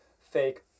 fake